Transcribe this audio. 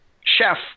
chef